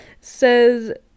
says